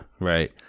Right